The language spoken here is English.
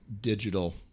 digital